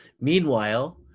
Meanwhile